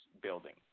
building